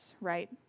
right